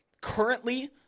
currently